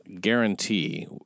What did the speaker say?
guarantee